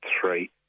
three